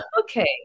okay